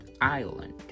island